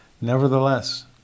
Nevertheless